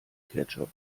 ketchup